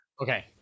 okay